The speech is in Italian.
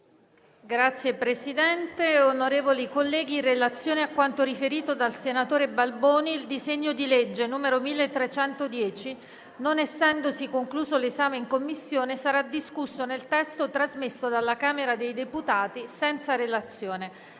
finestra"). Onorevoli colleghi, in relazione a quanto riferito dal senatore Balboni, il disegno di legge n. 1310, non essendosi concluso l'esame in Commissione, sarà discusso nel testo trasmesso dalla Camera dei deputati senza relazione,